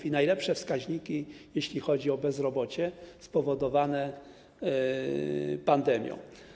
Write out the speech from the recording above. Mamy najlepsze wskaźniki, jeśli chodzi o bezrobocie spowodowane pandemią.